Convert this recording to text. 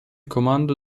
comando